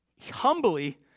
humbly